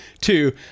Two